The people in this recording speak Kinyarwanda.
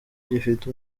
gifite